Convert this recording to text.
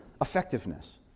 effectiveness